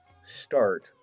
start